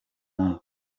wundi